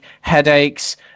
headaches